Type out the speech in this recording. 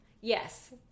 Yes